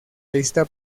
lista